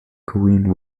korean